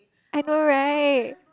I know right